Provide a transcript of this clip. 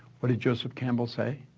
what did joseph campbell say?